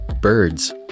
Birds